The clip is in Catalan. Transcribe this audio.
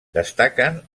destaquen